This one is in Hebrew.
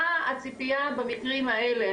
מה הציפייה במקרים האלה,